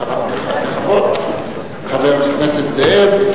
בכבוד, חבר הכנסת זאב.